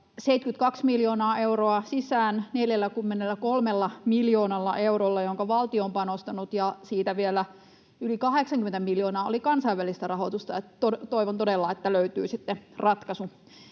172 miljoonaa euroa, sisään 43 miljoonalla eurolla, jonka valtio on panostanut, ja siitä vielä yli 80 miljoonaa oli kansainvälistä rahoitusta. Toivon todella, että löytyy sitten